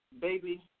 baby